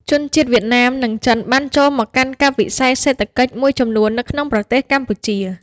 ជនជាតិវៀតណាម និងចិនបានចូលមកកាន់កាប់វិស័យសេដ្ឋកិច្ចមួយចំនួននៅក្នុងប្រទេសកម្ពុជា។